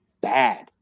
bad